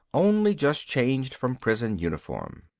only just changed from prison uniform.